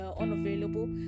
unavailable